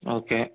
okay